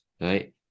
right